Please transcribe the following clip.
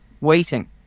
waiting